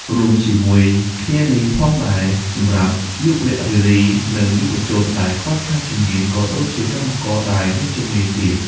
រួមជាមួយគ្នានេះផងដែរ សម្រាប់យុវនារី និងយុវជនដែលខ្វះខាតជំនាញ ក៏ដូចជាកម្មករដែលមានជំនាញទាប។